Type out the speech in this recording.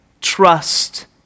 trust